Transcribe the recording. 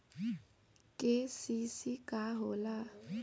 KCC का होला?